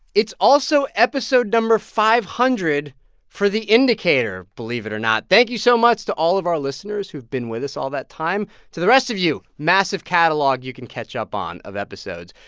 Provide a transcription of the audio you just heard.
it's also episode no. five hundred for the indicator, believe it or not. thank you so much to all of our listeners who've been with us all that time. to the rest of you massive catalog you can catch up on of episodes.